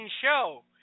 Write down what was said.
show